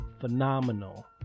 phenomenal